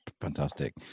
fantastic